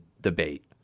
debate